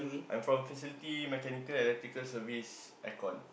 I'm from facility mechanical analytical service air con